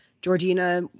Georgina